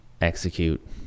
execute